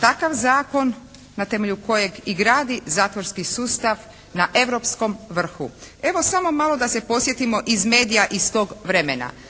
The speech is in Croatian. takav zakon na temelju kojeg i gradi zatvorski sustav na europskom vrhu. Evo samo malo da se podsjetimo iz medija iz tog vremena.